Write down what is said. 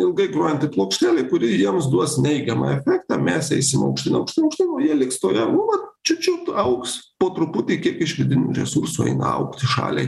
ilgai grojanti plokštelė kuri jiems duos neigiamą efektą mes eisim aukštyn aukštyn aukštyn o jie liks toje nu vat čiut čiut augs po truputį kiek iš vidinių resursų eina augti šaliai